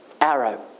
arrow